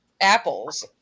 apples